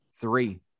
Three